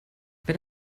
wenn